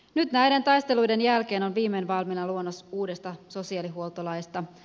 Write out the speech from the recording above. nyt näiden taisteluiden jälkeen on viimein valmiina luonnos uudesta sosiaalihuoltolaista